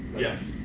yes